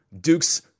Dukes